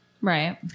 Right